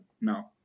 No